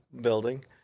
building